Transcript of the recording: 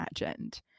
imagined